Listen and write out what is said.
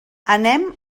anem